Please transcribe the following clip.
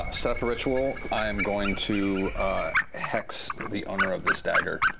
i set up a ritual. i am going to hex the owner of this dagger.